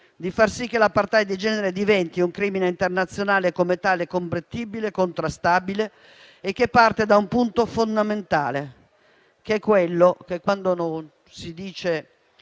di far sì che l'*apartheid* di genere diventi un crimine internazionale e come tale combattibile e contrastabile, che parte da un punto fondamentale: quando si dice